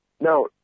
Now